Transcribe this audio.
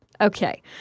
Okay